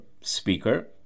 speaker